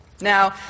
Now